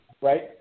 right